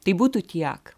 tai būtų tiek